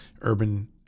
urban